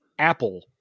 Apple